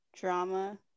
drama